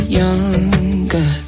younger